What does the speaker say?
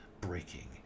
breaking